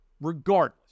Regardless